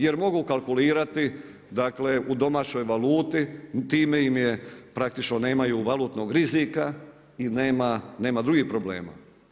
Jer mogu kalkulirati dakle u domaćoj valuti time im je praktično nemaju valutnog rizika i nema drugih problema.